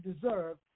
deserve